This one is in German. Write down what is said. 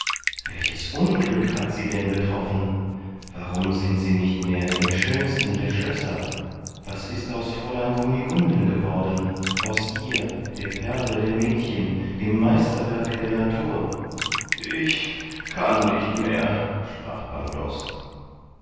welches unglück hat sie denn betroffen warum sind sie nicht mehr im schönsten der schlösser was ist aus fräulein kunigunden geworden aus ihr der perle der mädchen dem meisterwerke der natur ich kann nicht mehr sprach